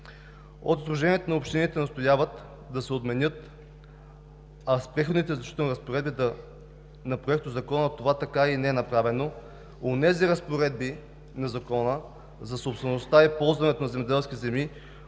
От Сдружението на общините настояват да се отменят – а с Преходните и заключителните разпоредби на Проектозакона това така и не е направено, онези разпоредби на Закона за собствеността и ползването на земеделски земи,